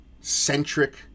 centric